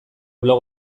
blog